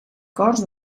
cors